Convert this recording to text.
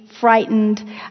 frightened